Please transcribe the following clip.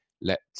lets